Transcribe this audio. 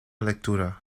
lectura